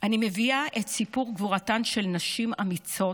אני מביאה את סיפור גבורתן של נשים אמיצות